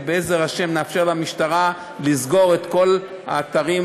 ובעזר השם נאפשר למשטרה לסגור את כל האתרים,